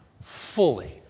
fully